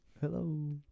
hello